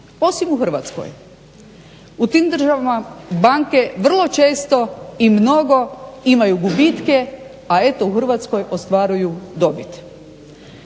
osim u Hrvatskoj. U tim državama banke vrlo često i mnogo imaju gubitke, a eto u Hrvatskoj ostvaruju dobit.